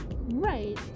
Right